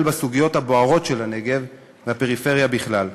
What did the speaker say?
בסוגיות הבוערות של הנגב והפריפריה בכלל,